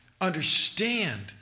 understand